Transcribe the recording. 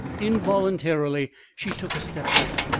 involuntarily she took a step back.